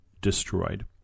destroyed